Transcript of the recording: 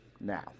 Now